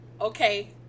Okay